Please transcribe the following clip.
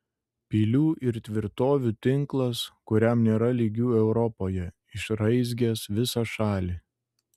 pilių ir tvirtovių tinklas kuriam nėra lygių europoje išraizgęs visą šalį